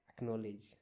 acknowledge